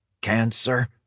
cancer